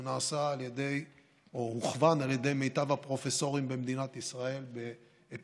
הוא נעשה או הוכוון על ידי מיטב הפרופסורים במדינת ישראל באפידמיולוגיה,